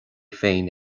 féin